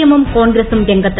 M ഉം കോൺഗ്രസും രംഗത്ത്